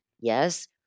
Yes